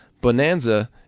Bonanza